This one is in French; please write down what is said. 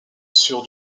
sur